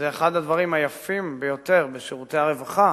זה אחד הדברים היפים ביותר בשירותי הרווחה